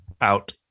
out